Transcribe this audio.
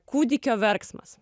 kūdikio verksmas